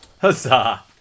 Huzzah